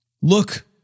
Look